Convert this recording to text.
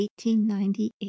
1898